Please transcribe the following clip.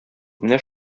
менә